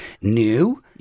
new